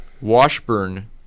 Washburn